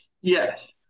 Yes